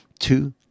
Two